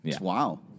Wow